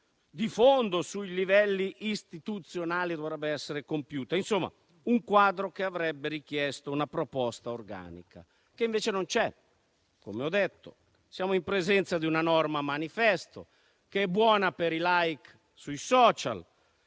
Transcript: di fondo sui livelli istituzionali. In sostanza, tale quadro avrebbe richiesto una proposta organica, che invece non c'è. Come ho detto, siamo in presenza di una norma manifesto, buona per i *like* sui *social*